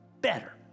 better